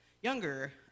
younger